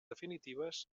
definitives